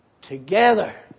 Together